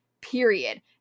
period